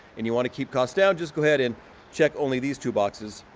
and you wanna keep costs down, just go ahead and check only these two boxes,